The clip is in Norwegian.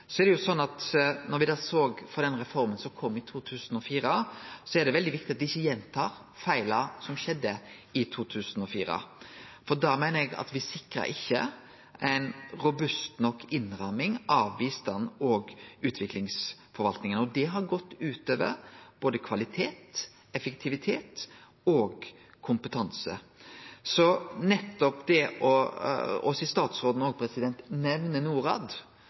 Så har me sett på reforma som kom i 2004, og det er veldig viktig at me ikkje gjentar feila som skjedde i 2004. For da meiner eg at me ikkje sikra ei robust nok innramming av bistands- og utviklingsforvaltinga. Det har gått ut over både kvalitet, effektivitet og kompetanse. Sidan statsråden òg nemnte Norad, vil eg seie at i denne reforma er det veldig viktig at me får eit styrkt Norad,